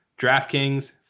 DraftKings